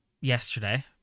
yesterday